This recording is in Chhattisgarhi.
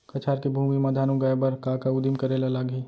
कछार के भूमि मा धान उगाए बर का का उदिम करे ला लागही?